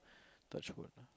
touch wood lah